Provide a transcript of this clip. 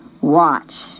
Watch